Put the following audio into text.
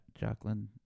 Jacqueline